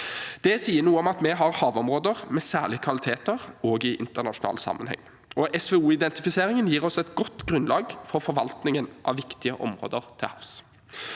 Det sier noe om at vi har havområder med særlige kvaliteter, også i internasjonal sammenheng. SVO-identifiseringen gir oss et godt grunnlag for forvaltningen av viktige områder til havs.